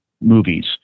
movies